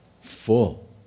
full